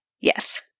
Yes